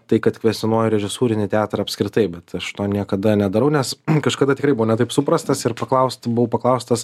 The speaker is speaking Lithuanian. tai kad kvestionuoju režisūrinį teatrą apskritai bet aš to niekada nedarau nes kažkada tikrai buvau ne taip suprastas ir paklausti buvo paklaustas